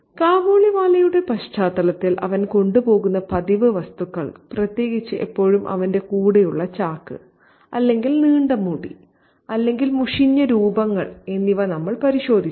കാബൂളിവാലയുടെ പശ്ചാത്തലത്തിൽ അവൻ കൊണ്ടുപോകുന്ന പതിവ് വസ്തുക്കൾ പ്രത്യേകിച്ച് എപ്പോഴും അവന്റെ കൂടെയുള്ള ചാക്ക് അല്ലെങ്കിൽ നീണ്ട മുടി അല്ലെങ്കിൽ മുഷിഞ്ഞ രൂപങ്ങൾ എന്നിവ നമ്മൾ പരിശോധിച്ചു